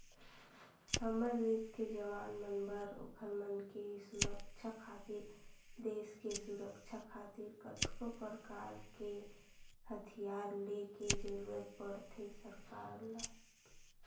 हमर देस के जवान मन बर ओखर मन के सुरक्छा खातिर देस के सुरक्छा खातिर कतको परकार के हथियार ले के जरुरत पड़थे सरकार ल